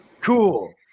Cool